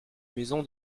maison